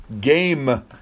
Game